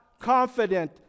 confident